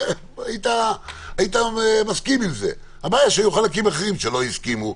היית מסכים עם זה והבעיה שהיו חלקים אחרים שלא הסכימו.